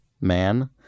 man